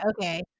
Okay